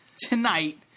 tonight